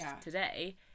today